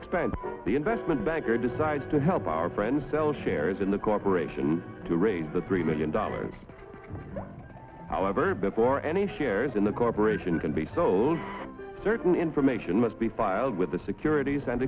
expand the investment banker decide to help our friend sell shares in the corporation to raise the three million dollars however before any shares in the corporation can be sold certain information must be filed with the securities and